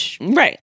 Right